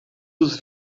dos